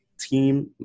team